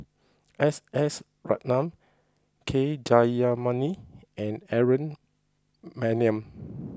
S S Ratnam K Jayamani and Aaron Maniam